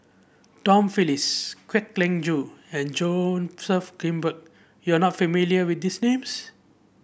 Tom Phillips Kwek Leng Joo and Joseph Grimberg you are not familiar with these names